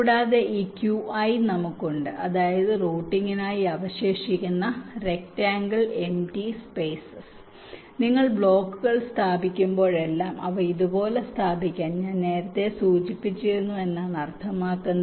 കൂടാതെ ഈ Qi നമുക്കുണ്ട് അതായത് റൂട്ടിംഗിനായി അവശേഷിക്കുന്ന റെക്ടാങ്കിൾ എംപ്റ്റി സ്പേസസ് നിങ്ങൾ ബ്ലോക്കുകൾ സ്ഥാപിക്കുമ്പോഴെല്ലാം അവ ഇതുപോലെ സ്ഥാപിക്കാൻ ഞാൻ നേരത്തെ സൂചിപ്പിച്ചിരുന്നു എന്നാണ് അർത്ഥമാക്കുന്നത്